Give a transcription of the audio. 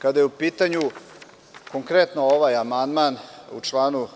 Kada je u pitanju, konkretno ovaj amandman, u članu